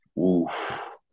Oof